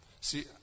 See